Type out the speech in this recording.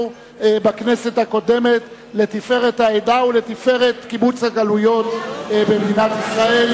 בכנסת הקודמת לתפארת העדה ולתפארת קיבוץ הגלויות במדינת ישראל.